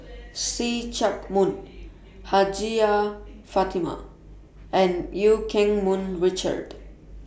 See Chak Mun Hajjah Fatimah and EU Keng Mun Richard